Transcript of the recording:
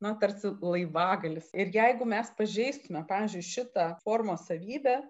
na tarsi laivagalis ir jeigu mes pažeistume pavyzdžiui šitą formos savybę